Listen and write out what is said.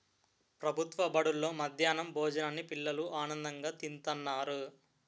ప్రభుత్వ బడుల్లో మధ్యాహ్నం భోజనాన్ని పిల్లలు ఆనందంగా తింతన్నారు